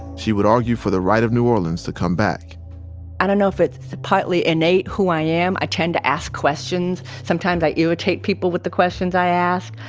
she would argue for the right of new orleans to come back i don't know if it's partly innate who i am. i tend to ask questions. sometimes i irritate people with the questions i ask,